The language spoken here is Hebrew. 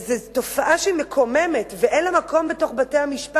זו תופעה שהיא מקוממת ואין לה מקום בבתי-המשפט,